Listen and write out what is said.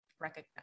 recognize